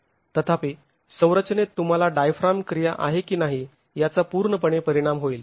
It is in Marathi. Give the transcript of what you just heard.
तथापि संरचनेत तुम्हाला डायफ्राम क्रिया आहे की नाही याचा पूर्णपणे परिणाम होईल